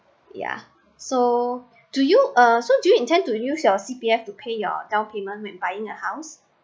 yeah so do you uh so do you intend to use your C_P_F to pay your down payment when buying a house